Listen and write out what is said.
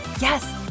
Yes